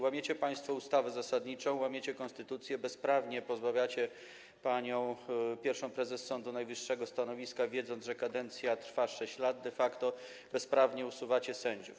Łamiecie państwo ustawę zasadniczą, łamiecie konstytucję, bezprawnie pozbawiacie panią pierwszą prezes Sądu Najwyższego stanowiska, wiedząc, że kadencja trwa 6 lat de facto, bezprawnie usuwacie sędziów.